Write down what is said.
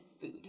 food